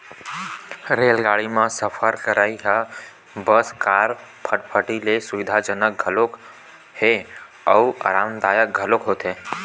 रेलगाड़ी म सफर करइ ह बस, कार, फटफटी ले सुबिधाजनक घलोक हे अउ अरामदायक घलोक होथे